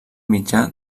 mitjà